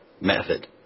method